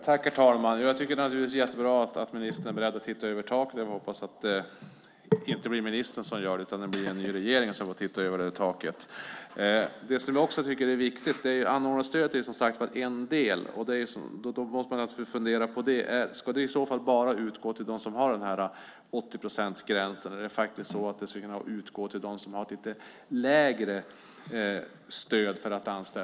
Herr talman! Jag tycker naturligtvis att det är jättebra att ministern är beredd att titta över taket, men jag hoppas att det inte blir ministern som gör det utan att det blir en ny regering som får titta över taket. Anordnarstödet är som sagt en del, och då måste man fundera på om det bara ska utgå till dem som har den här 80-procentsgränsen eller om det ska kunna utgå till dem som har lite lägre stöd.